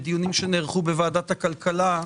בדיונים שנערכו בוועדת הכלכלה,